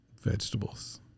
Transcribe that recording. vegetables